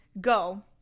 go